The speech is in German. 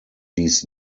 dies